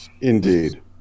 Indeed